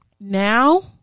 Now